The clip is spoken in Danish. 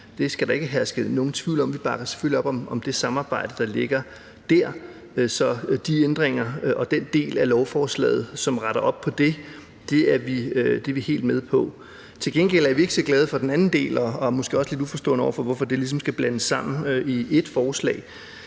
Det skal der ikke herske nogen tvivl om; vi bakker selvfølgelig op om det samarbejde, der ligger dér. Så de ændringer og den del af lovforslaget, som retter op på det, er vi helt med på. Til gengæld er vi ikke så glade for den anden del – og vi er måske også lidt uforstående over for, hvorfor det ligesom skal blandes sammen i ét forslag